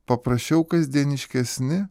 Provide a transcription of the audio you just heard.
paprasčiau kasdieniškesni